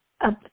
up